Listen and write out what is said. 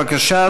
בבקשה,